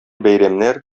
бәйрәмнәр